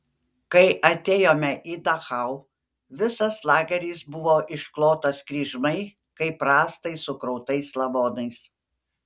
kai atėjome į dachau visas lageris buvo išklotas kryžmai kaip rąstai sukrautais lavonais